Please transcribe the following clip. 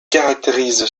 caractérise